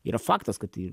yra faktas kad ir